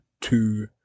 two